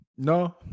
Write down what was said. No